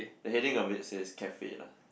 the heading of it says cafe lah